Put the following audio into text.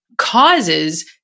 causes